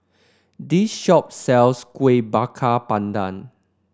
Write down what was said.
this shop sells Kuih Bakar Pandan